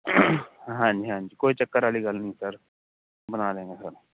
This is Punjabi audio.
ਹਾਂਜੀ ਹਾਂਜੀ ਕੋਈ ਚੱਕਰ ਵਾਲੀ ਗੱਲ ਨਹੀਂ ਸਰ ਬਣਾ ਦਿਆਂਗੇ ਸਰ